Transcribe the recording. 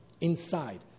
inside